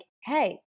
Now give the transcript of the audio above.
hey